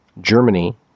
Germany